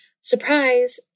Surprise